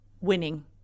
winning